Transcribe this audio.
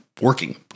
working